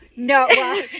No